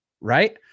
right